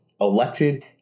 elected